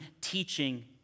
teaching